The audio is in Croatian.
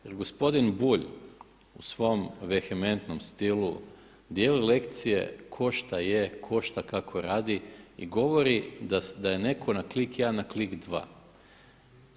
Jer gospodin Bulj u svom vehementnom stilu dijeli lekcije tko šta je, tko šta kako radi i govori da je netko na klik jedan, na klik dva.